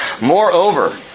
Moreover